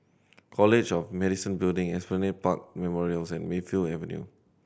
College of Medicine Building Esplanade Park Memorials and Mayfield Avenue